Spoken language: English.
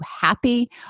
happy